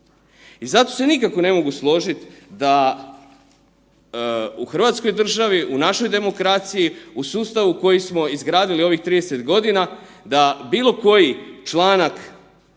I zato se nikako ne mogu složit da u Hrvatskoj državi u našoj demokraciji u sustavu koji smo izgradili u ovih 30 godina da bilo koji članak ovog